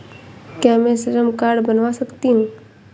क्या मैं श्रम कार्ड बनवा सकती हूँ?